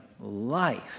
life